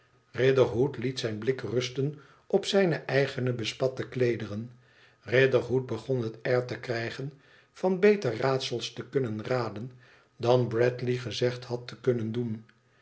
riderhood liet zijn blik rusten op zijne eigene bespatte kleederen ëderhood begon het air te krijgen van beter raadsels te kunnen raden dan bradley gezegd had te kunnen doen